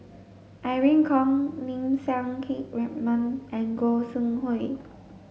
Irene Khong Lim Siang Keat Raymond and Gog Sing Hooi